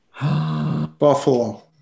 Buffalo